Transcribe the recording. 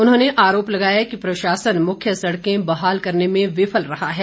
उन्होंने आरोप लगाया कि प्रशासन मुख्य सड़कें बहाल करने में विफल रहा है